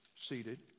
seated